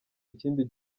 ikindi